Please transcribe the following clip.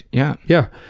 yeah. yeah.